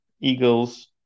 Eagles